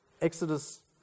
Exodus